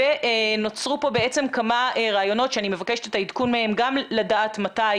נוצרו פה כמה רעיונות שאני מבקשת עדכון מהם גם לדעת מתי